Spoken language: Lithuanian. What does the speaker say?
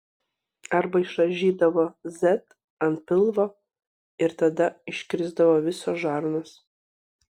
arba išraižydavo z ant pilvo ir tada iškrisdavo visos žarnos